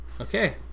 okay